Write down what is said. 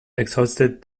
exhausted